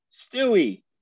Stewie